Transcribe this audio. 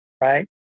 Right